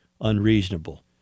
unreasonable